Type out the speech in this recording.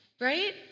right